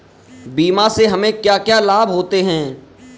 बीमा से हमे क्या क्या लाभ होते हैं?